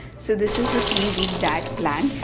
so this is the three week diet plan,